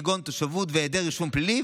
כגון תושבות והיעדר רישום פלילי,